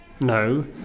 no